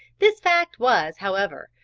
this fact was, however,